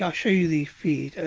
ah show you the feed,